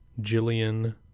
Jillian